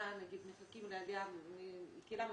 מחכים לעלייה מסוימת.